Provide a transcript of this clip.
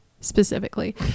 specifically